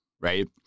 Right